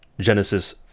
Genesis